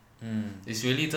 mm